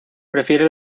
prefiere